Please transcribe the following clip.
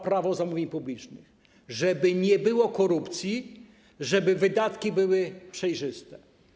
Prawo zamówień publicznych, żeby nie było korupcji, żeby wydatki były przejrzyste.